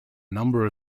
number